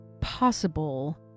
possible